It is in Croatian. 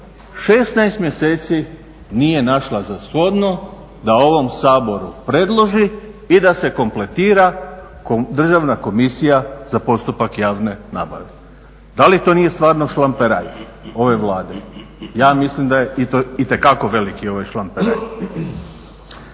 16 mjeseci nije našla za shodno da ovom Saboru predloži i da se kompletira Državna komisija za postupak javne nabave. Da li to nije stvarno šlamperaj ove Vlade? Ja mislim da je itekako veliki šlamperaj.